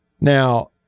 Now